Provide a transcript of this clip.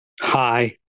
Hi